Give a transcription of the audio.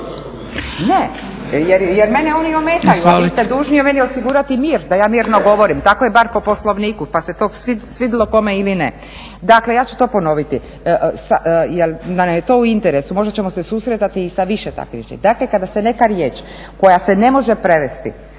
Ne jer mene oni ometaju, a vi ste dužni meni osigurati mir da ja mirno govorim. Tako je bar po Poslovniku pa se to svidjelo kome ili ne. Dakle, ja ću to ponoviti. To nam je u interesu, možda ćemo se susretati i sa više takvih riječi. Dakle, kada se neka riječ koja se ne može prevesti